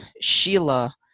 Sheila